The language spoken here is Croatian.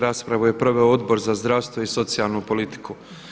Raspravu je proveo Odbor za zdravstvo i socijalnu politiku.